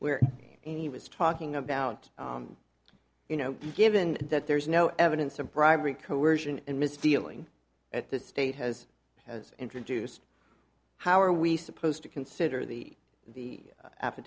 where he was talking about you know given that there's no evidence of bribery coercion and miss dealing at the state has has introduced how are we supposed to consider the the